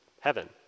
heaven